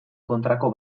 kontrako